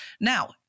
Now